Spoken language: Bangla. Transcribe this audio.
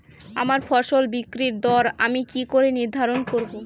আমার ফসল বিক্রির দর আমি কি করে নির্ধারন করব?